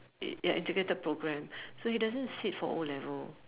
it ya integrated program so he doesn't sit for O-level